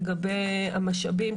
לגבי המשאבים,